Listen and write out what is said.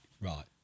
right